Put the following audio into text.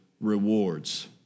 rewards